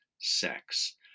sex